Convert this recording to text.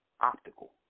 optical